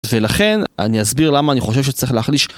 ולכן, אני אסביר למה אני חושב שצריך להחליש